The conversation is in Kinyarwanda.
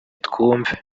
twumve